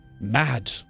Mad